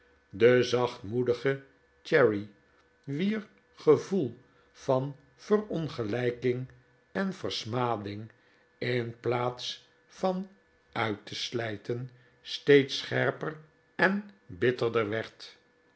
de zachtmoedige cherry wier gevoel van verongelijking en versmading in plaats van uit te slijten steeds scherper en bitterder werd